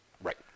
Right